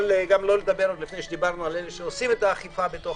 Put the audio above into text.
שלא לדבר על המחיר אם עושים את האכיפה בתוך